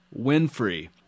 Winfrey